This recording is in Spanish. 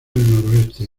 noroeste